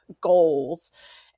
goals